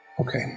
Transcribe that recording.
Okay